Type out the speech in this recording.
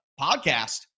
podcast